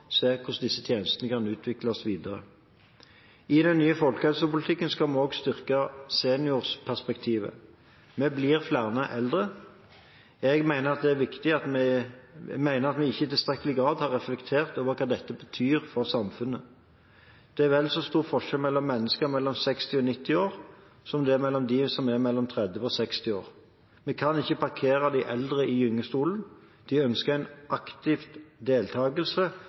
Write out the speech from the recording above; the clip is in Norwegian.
se på hvordan disse tjenestene kan utvikles videre. I den nye folkehelsepolitikken skal vi også styrke seniorperspektivet. Vi blir flere eldre. Jeg mener at vi ikke i tilstrekkelig grad har reflektert over hva dette betyr for samfunnet. Det er vel så stor forskjell mellom mennesker mellom 60 og 90 år som det er mellom dem som er mellom 30 og 60 år. Vi kan ikke parkere de eldre i gyngestolen – de ønsker en aktiv